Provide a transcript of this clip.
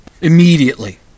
immediately